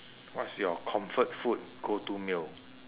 what's your comfort food go to meal